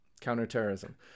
Counterterrorism